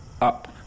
up